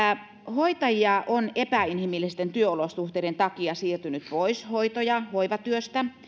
hoitajia on epäinhimillisten työolosuhteiden takia siirtynyt pois hoito ja hoivatyöstä